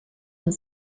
uns